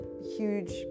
huge